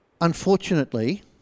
Unfortunately